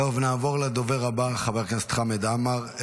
נעבור לדובר הבא, חבר הכנסת חמד עמאר.